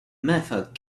method